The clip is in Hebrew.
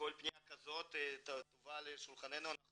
כל פניה כזאת שתובא לשולחננו אנחנו